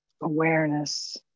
awareness